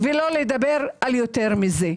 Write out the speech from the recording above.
שלא לדבר על יותר מזה.